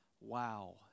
wow